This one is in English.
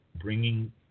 bringing